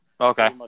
Okay